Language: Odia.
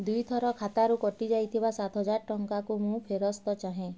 ଦୁଇଥର ଖାତାରୁ କଟିଯାଇଥିବା ସାତହଜାର ଟଙ୍କାକୁ ମୁଁ ଫେରସ୍ତ ଚାହେଁ